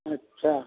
अच्छा